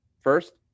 first